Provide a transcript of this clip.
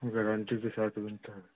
guarantee के साथ बनता है